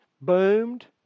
boomed